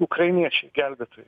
ukrainiečiai gelbėtojai